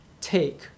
take